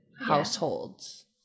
households